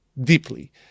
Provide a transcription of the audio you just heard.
deeply